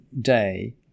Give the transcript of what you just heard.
day